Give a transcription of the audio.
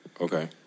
Okay